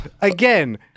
Again